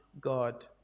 God